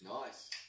Nice